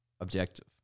objective